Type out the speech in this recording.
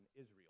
Israel